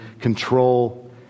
control